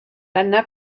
lana